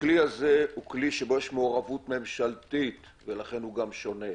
הכלי הזה הוא כלי שיש בו מעורבות ממשלתית ולכן הוא גם שונה.